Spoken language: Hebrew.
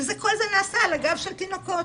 וכל זה נעשה על הגב של תינוקות,